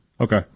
Okay